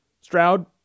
Stroud